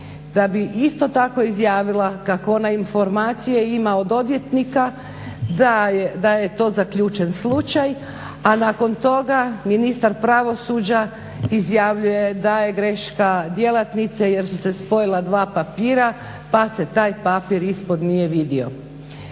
da bi isto tako izjavila kao ona informacije ima od odvjetnika da je to zaključen slučaj, a nakon toga ministar pravosuđa izjavljuje da je greška djelatnice jer su se spojila dva papira pa se taj papir ispod nije vidio?